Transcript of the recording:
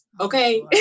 Okay